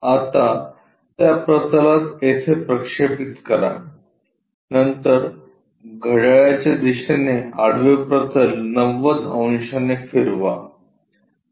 आता त्या प्रतलात येथे प्रक्षेपित करा नंतर घड्याळाच्या दिशेने आडवे प्रतल 90 अंशाने फिरवा